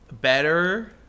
better